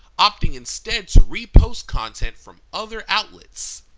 opting instead to repost content from other outlets.